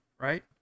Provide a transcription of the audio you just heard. right